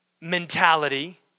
mentality